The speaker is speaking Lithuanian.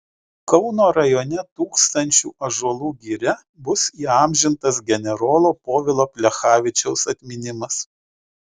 kauno rajone tūkstančių ąžuolų giria bus įamžintas generolo povilo plechavičiaus atminimas